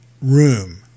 room